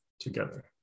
together